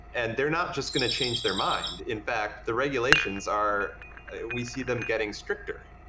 and they're not just going to change their mind. in fact, the regulations are we see them getting stricter.